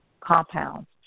compounds